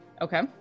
Okay